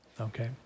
okay